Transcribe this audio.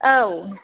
औ